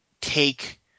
take